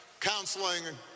counseling